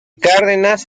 cárdenas